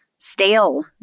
stale